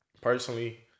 personally